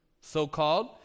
so-called